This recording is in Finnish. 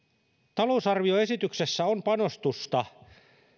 talousarvioesityksessä on panostusta